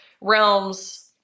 realms